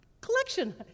collection